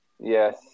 Yes